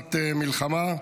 בתקופת מלחמה,